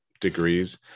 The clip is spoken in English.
degrees